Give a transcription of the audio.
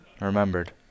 Remembered